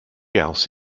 else